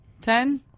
Ten